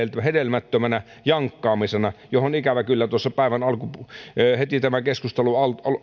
hedelmättömänä jankkaamisena johon ikävä kyllä heti tämän keskustelun